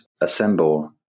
assemble